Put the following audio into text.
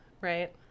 right